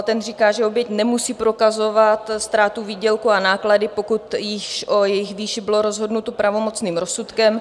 Ten říká, že oběť nemusí prokazovat ztrátu výdělku a náklady, pokud o jejich výši bylo rozhodnuto pravomocným rozsudkem.